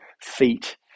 feet